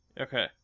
Okay